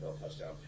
touchdown